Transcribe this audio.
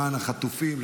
למען החטופים,